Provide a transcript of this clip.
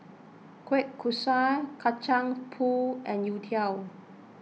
Kueh Kosui Kacang Pool and Youtiao